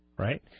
right